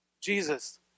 Jesus